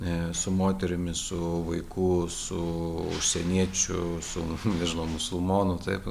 e su moterimi su vaiku su užsieniečiu su nežinau musulmonu taip